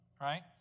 Right